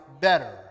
better